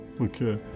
okay